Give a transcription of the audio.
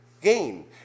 gain